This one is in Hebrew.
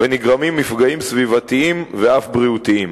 ונגרמים מפגעים סביבתיים ואף בריאותיים.